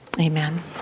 amen